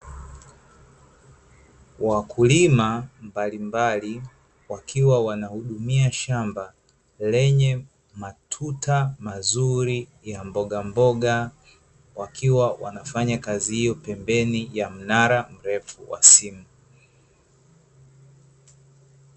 Wakulima mbalimbali, wakiwa wanahudumia shamba lenye matuta mazuri ya mbogamboga, wakiwa wanafanya kazi hio pembeni ya mnara mrefu wa simu.